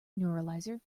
neuralizer